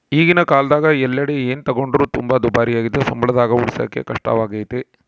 ಈಗಿನ ಕಾಲದಗ ಎಲ್ಲೆಡೆ ಏನೇ ತಗೊಂಡ್ರು ತುಂಬಾ ದುಬಾರಿಯಾಗಿದ್ದು ಸಂಬಳದಾಗ ಉಳಿಸಕೇ ಕಷ್ಟವಾಗೈತೆ